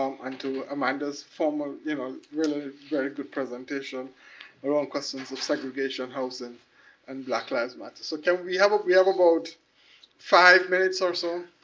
um and to amanda's form of you know really very good presentation around questions of segregation housing and black lives matter. so yeah we have ah we have about five minutes or so.